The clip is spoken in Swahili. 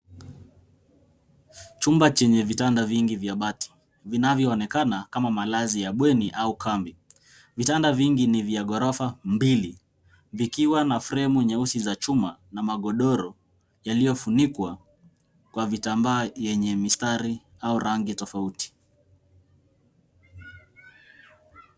Chumba chenye vitanda vingi vya bati vinavyoonekana kama maradhi ya bweni au kambi. Vitanda vingi ni vya ghorofa mbili vikiwa na fremu nyeusi ya chuma na magodoro yaliyofunikwa kwa vitambaa yenye mistari au rangi tofauti.